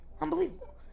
unbelievable